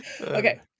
okay